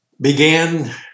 began